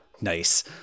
Nice